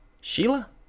Sheila